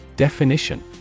Definition